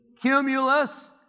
cumulus